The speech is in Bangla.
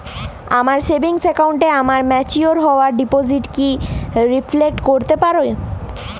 আমার সেভিংস অ্যাকাউন্টে আমার ম্যাচিওর হওয়া ডিপোজিট কি রিফ্লেক্ট করতে পারে?